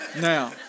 Now